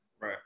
Right